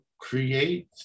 create